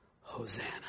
Hosanna